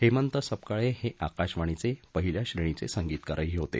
हेमंत सपकाळे हे आकाशवाणीचे पहिल्याश्रेणीचे संगीतकारही होते